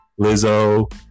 Lizzo